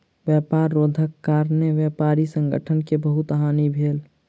व्यापार रोधक कारणेँ व्यापारी संगठन के बहुत हानि भेल